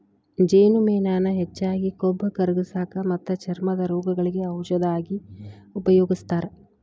ಜೇನುಮೇಣಾನ ಹೆಚ್ಚಾಗಿ ಕೊಬ್ಬ ಕರಗಸಾಕ ಮತ್ತ ಚರ್ಮದ ರೋಗಗಳಿಗೆ ಔಷದ ಆಗಿ ಉಪಯೋಗಸ್ತಾರ